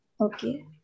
Okay